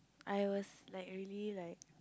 I was like really like